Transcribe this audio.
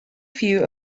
few